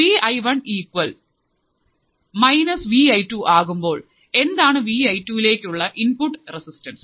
V I one equal minus V I two ആകുമ്പോൾ എന്താണ് V I two ലേക്കുള്ള input resistance